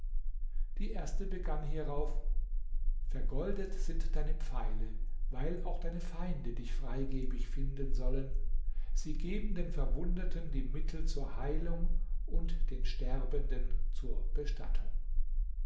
die erste begann hierauf vergoldet sind deine pfeile weil auch deine feinde dich freigebig finden sollen sie geben den verwundeten die mittel zur heilung und den sterbenden zur bestattung